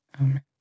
Amen